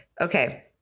okay